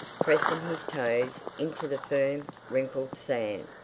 pressing his toes into the firm, wrinkled sand.